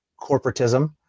corporatism